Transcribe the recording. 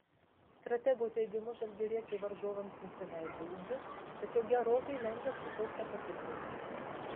stratego teigimu žalgiriečiai varžovams nusileidžia ūgiu tačiau gerokai lenkia sukaupta patirtimi